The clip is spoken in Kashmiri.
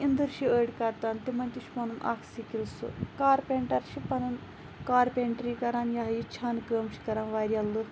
اِنٛدٕر چھِ أڈۍ کَتان تِمَن تہِ چھُ پَنُن اَکھ سِکِل سُہ کارپنٹَر چھِ پَنُن کارپنٛٹری کَران یا یہِ چھانہٕ کٲم چھِ کَران واریاہ لُکھ